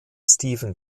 steven